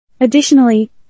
Additionally